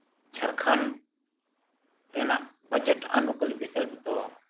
ᱡᱷᱟᱲᱠᱷᱚᱸᱰ ᱨᱮᱱᱟᱜ ᱵᱟᱡᱮᱴ ᱟᱹᱱᱩᱠᱚᱞ ᱵᱤᱠᱚᱞᱯ ᱫᱚ